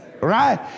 right